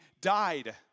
died